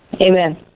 amen